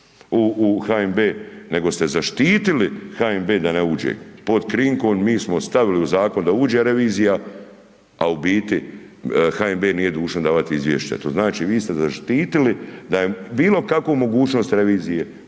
u HNB, nego ste zaštitili HNB da ne uđe pod krinkon mi smo stavili u zakon da uđe revizija, a u biti HNB nije dužan davati izvješća. To znači, vi ste zaštitili bilo kakvu mogućnost revizije